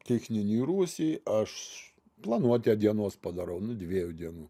techninį rūsį aš planuotę dienos padarau nu dviejų dienų